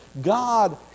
God